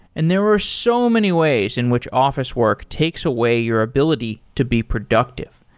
and there were so many ways in which office work takes away your ability to be productive.